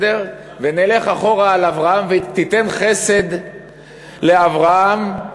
לאברהם: תיתן חסד לאברהם,